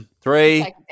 Three